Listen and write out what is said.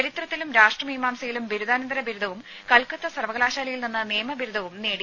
ചരിത്രത്തിലും രാഷ്ട്രമീമാംസയിലും ബിരുദാനന്തര ബിരുദവും കൽക്കട്ട സർവകലാശാലയിൽ നിന്ന് നിയമ ബിരുദവും നേടി